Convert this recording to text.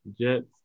Jets